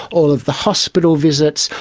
all of the hospital visits,